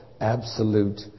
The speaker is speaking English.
absolute